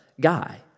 guy